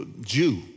Jew